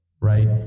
Right